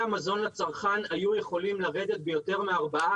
המזון לצרכן היו יכולים לרדת ביותר מ-14%.